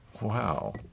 Wow